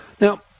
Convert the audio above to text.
Now